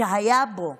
שהיו בו